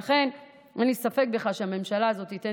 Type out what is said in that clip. לכן אין לי ספק בכלל שהממשלה הזאת תיתן